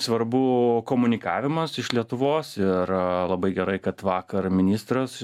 svarbu komunikavimas iš lietuvos ir labai gerai kad vakar ministras